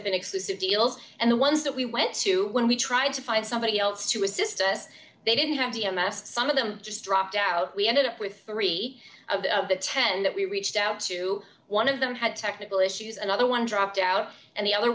up in exclusive deals and the ones that we went to when we tried to find somebody else to assist us they didn't have the amassed some of them just dropped out we ended up with three of the ten that we reached out to one of them had technical issues another one dropped out and the other